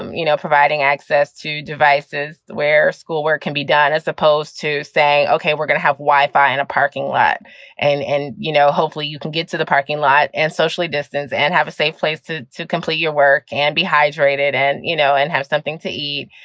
um you know, providing access to devices where school work can be done as opposed to saying, ok, we're going to have wi-fi in a parking lot and and you know hopefully you can get to the parking lot and socially distance and have a safe place to to complete your work and be hydrated and, you know, and have something to eat.